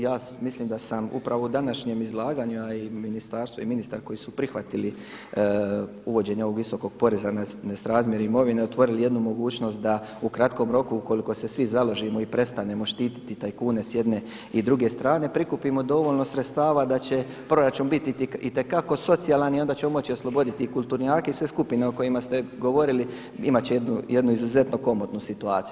Ja mislim da sam upravo u današnjem izlaganju a i ministarstvo i ministar koji su prihvatili uvođenje ovog visokog poreza na nesrazmjer imovine otvorili jednu mogućnost da u kratkom roku ukoliko se svi založimo i prestanemo štititi tajkune s jedne i s druge strane prikupimo dovoljno sredstava da će proračun biti itekako socijalan i onda ćemo moći osloboditi i kulturnjake i sve skupine o kojima ste govorili imati će jednu izuzetno komotnu situaciju.